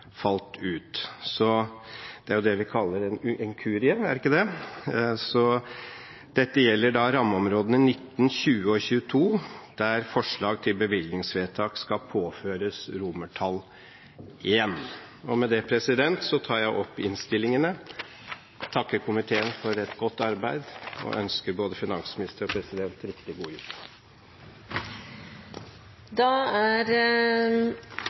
falt ut. Det er det vi kaller en inkurie, er det ikke det? Dette gjelder rammeområdene 19, 20 og 22, der forslag til bevilgningsvedtak skal påføres romertall I. Med dette anbefaler jeg komiteens innstillinger, takker komiteen for et godt arbeid, og ønsker både finansminister og president riktig god